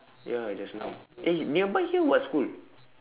ya just now eh nearby here what school